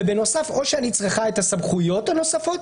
ובנוסף או שאני צריכה את הסמכויות הנוספות,